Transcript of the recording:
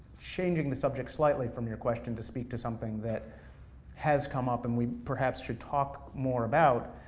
changing the subject slightly from your question to speak to something that has come up, and we perhaps should talk more about,